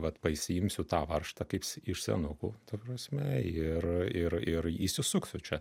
vat pasiimsiu tą varžtą kaip iš senukų ta prasme ir ir ir įsisuksiu čia